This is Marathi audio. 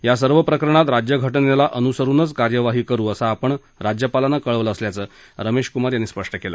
या सर्व प्रकरणात राज्यघटनेला अनुसरूनच कार्यवाही करू असं आपण राज्यपालांना कळवलं असल्याचं रमेश कुमार यांनी सांगितलं